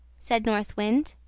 said north wind.